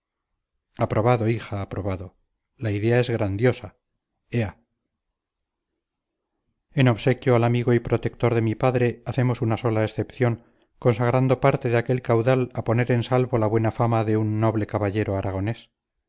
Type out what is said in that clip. aprobado hija aprobado la idea es grandiosa ea en obsequio al amigo y protector de mi padre hacemos una sola excepción consagrando parte de aquel caudal a poner en salvo la buena fama de un noble caballero aragonés